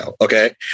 okay